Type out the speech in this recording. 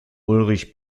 ulrich